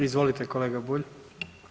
Izvolite kolega Bulj.